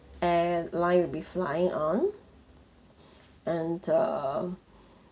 airline will be flying on and uh